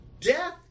death